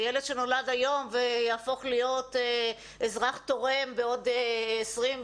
זה ילד שנולד היום ויהפוך להיות אזרח תורם בעוד 20,